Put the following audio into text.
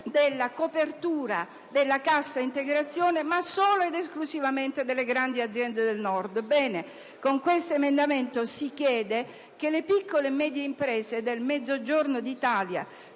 della copertura della cassa integrazione, ma solo ed esclusivamente delle grandi aziende del Nord. L'emendamento 4.3 si rivolge alle piccole e medie imprese del Mezzogiorno d'Italia,